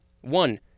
One